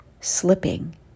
slipping